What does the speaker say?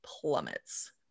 plummets